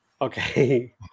Okay